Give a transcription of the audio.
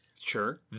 Sure